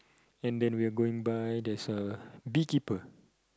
and then we are going by there's a bee keeper